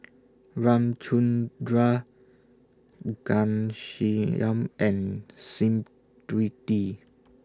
Ramchundra Ghanshyam and Smriti